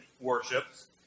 worships